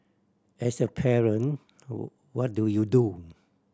as a parent what do you do